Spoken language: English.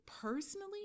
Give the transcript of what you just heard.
personally